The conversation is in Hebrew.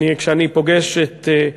כשאני פוגש את,